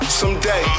someday